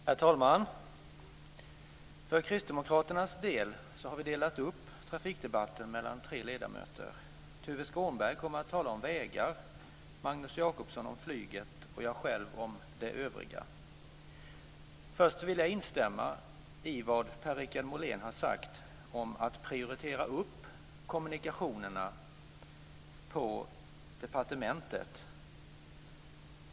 Herr talman! För Kristdemokraternas del har vi delat upp trafikdebatten mellan tre ledamöter. Tuve Skånberg kommer att tala om vägar, Magnus Jacobsson om flyget och jag själv om det övriga. Först vill jag instämma i det Per-Richard Molén har sagt om att prioritera upp kommunikationerna på departementet.